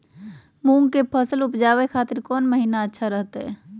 मूंग के फसल उवजावे खातिर कौन महीना अच्छा रहतय?